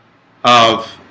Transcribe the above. of